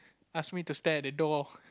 ask me to stand at the door